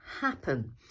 happen